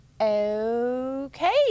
Okay